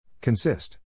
Consist